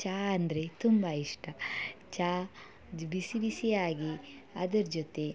ಚಹ ಅಂದರೆ ತುಂಬ ಇಷ್ಟ ಚಹ ಬಿಸಿ ಬಿಸಿಯಾಗಿ ಅದರ ಜೊತೆ